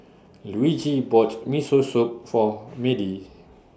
Luigi bought Miso Soup For Madie